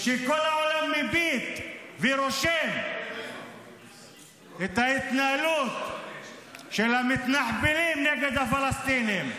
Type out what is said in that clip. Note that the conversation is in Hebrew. שכל העולם מבין ורושם את ההתנהלות של המתנחבלים נגד הפלסטינים.